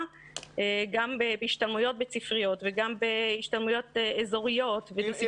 גם בהשתלמויות בית-ספריות וגם בהשתלמויות אזוריות ודיסציפלינאריות.